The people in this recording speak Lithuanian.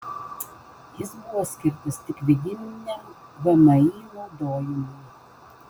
jis buvo skirtas tik vidiniam vmi naudojimui